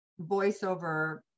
voiceover